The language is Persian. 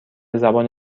زبان